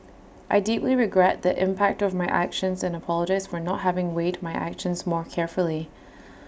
I deeply regret the impact of my actions and apologise for not having weighed my actions more carefully